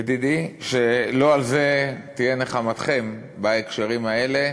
ידידי, שלא על זה תהיה נחמתכם בהקשרים האלה,